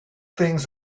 things